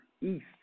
East